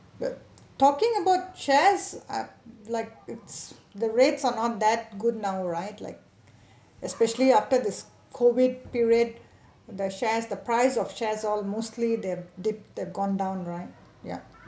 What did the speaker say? but talking about shares I like it's the rates are not bad good now right like especially after this COVID period the shares the price of shares all mostly they dip they gone down right ya